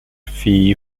fee